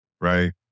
right